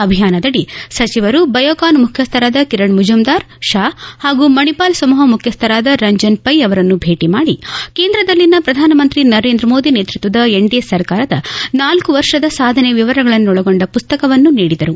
ಅಭಿಯಾನದಡಿ ಸಚಿವರು ಬಯೋಕಾನ್ ಮುಖ್ಯಸ್ಥರಾದ ಕಿರಣ್ ಮಜುಂದಾರ್ ಷಾ ಹಾಗೂ ಮಣಿಪಾಲ್ ಸಮೂಪ ಮುಖ್ಯಸ್ಲರಾದ ರಂಜನ್ ಷ್ಯೆ ಅವರನ್ನು ಭೇಟ ಮಾಡಿ ಕೇಂದ್ರದಲ್ಲಿನ ಪ್ರಧಾನಮಂತ್ರಿ ನರೇಂದ್ರಮೋದಿ ನೇತೃತ್ವದ ಎನ್ಡಿಎ ಸರ್ಕಾರದ ನಾಲ್ಲು ವರ್ಷದ ಸಾಧನೆಯ ವಿವರಗಳನ್ನೊಳಗೊಂಡ ಪುಸ್ತಕವನ್ನು ನೀಡಿದರು